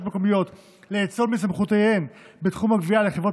מקומיות לאצול מסמכויותיהן בתחום הגבייה לחברות